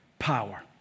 power